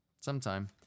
Sometime